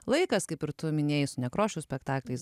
laikas kaip ir tu minėjai nekrošiaus spektaklis